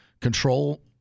control